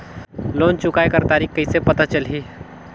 Loan चुकाय कर तारीक कइसे पता चलही?